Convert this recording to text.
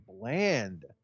bland